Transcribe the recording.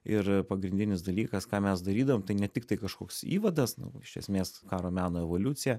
ir pagrindinis dalykas ką mes darydavom tai ne tiktai kažkoks įvadas nu iš esmės karo meno evoliucija